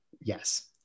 Yes